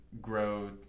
grow